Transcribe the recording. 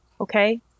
Okay